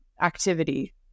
activity